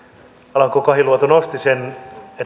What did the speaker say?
alanko kahiluoto nosti esille sen